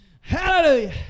Hallelujah